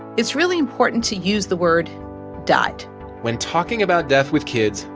it's really important to use the word died when talking about death with kids,